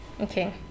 Okay